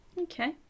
okay